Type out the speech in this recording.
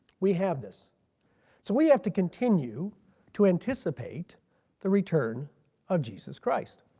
we have this. so we have to continue to anticipate the return of jesus christ